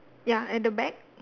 ya at the back